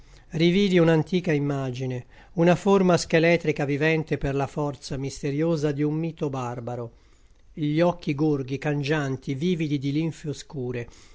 rividi un'antica immagine una forma scheletrica vivente per la forza misteriosa di un mito barbaro gli occhi gorghi cangianti vividi di linfe oscure